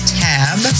tab